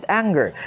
anger